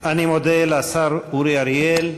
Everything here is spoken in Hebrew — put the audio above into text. אני מודה לשר אורי אריאל.